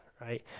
right